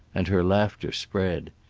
and her laughter spread.